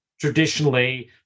traditionally